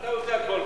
אתה עושה הכול.